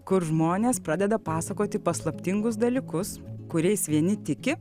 kur žmonės pradeda pasakoti paslaptingus dalykus kuriais vieni tiki